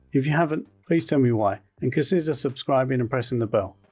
if you haven't please tell me why and consider subscribing and pressing the bell.